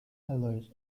alloys